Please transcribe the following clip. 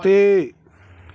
ਤੇ